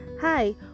Hi